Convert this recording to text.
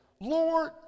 Lord